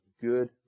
good